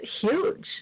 huge